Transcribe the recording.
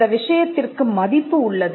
அந்த விஷயத்திற்கு மதிப்பு உள்ளது